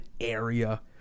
area